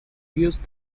used